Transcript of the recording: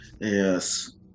Yes